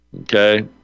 Okay